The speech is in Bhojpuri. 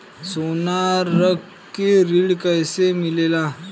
सोना रख के ऋण कैसे मिलेला?